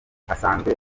asanzwe